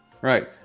Right